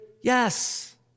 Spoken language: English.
yes